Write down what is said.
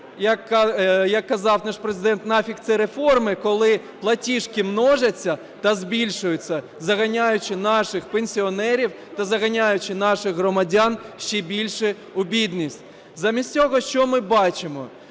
як казав наш Президент, на фіг ці реформи, коли платіжки множаться та збільшуються, заганяючи наших пенсіонерів та заганяючи наших громадян ще більше у бідність. Замість цього що ми бачимо?